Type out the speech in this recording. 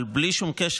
אבל בלי שום קשר,